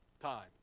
time